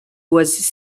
was